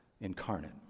incarnate